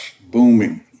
booming